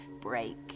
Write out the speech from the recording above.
break